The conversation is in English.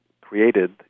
created